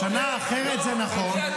שנה אחרת, זה נכון.